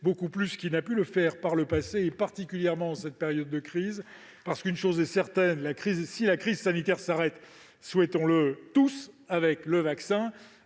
beaucoup plus qu'il n'a pu le faire par le passé, particulièrement en cette période de crise. Une chose est certaine, en effet : si la crise sanitaire s'arrête- souhaitons-le tous -avec le vaccin,